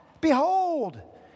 behold